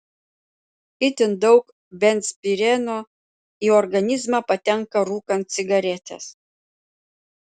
itin daug benzpireno į organizmą patenka rūkant cigaretes